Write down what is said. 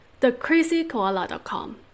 thecrazykoala.com